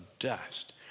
dust